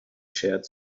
sheared